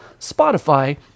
Spotify